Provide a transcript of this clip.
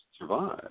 survive